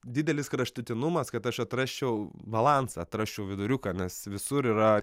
didelis kraštutinumas kad aš atrasčiau balansą atrasčiau viduriuką nes visur yra